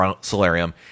solarium